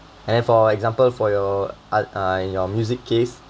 and for example for your art uh your music case